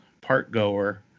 park-goer